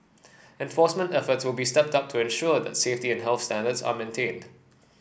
enforcement efforts will be stepped up to ensure that safety and health standards are maintained